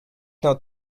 not